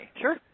Sure